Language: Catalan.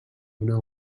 una